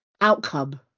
outcome